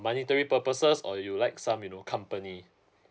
monetary purposes or you'd like some you know company